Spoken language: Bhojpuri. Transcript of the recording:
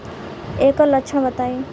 ऐकर लक्षण बताई?